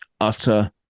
utter